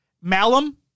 Malum